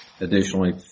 additionally